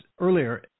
earlier